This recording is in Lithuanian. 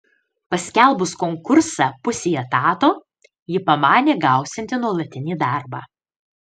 paskelbus konkursą pusei etato ji pamanė gausianti nuolatinį darbą